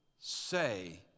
say